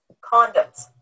condoms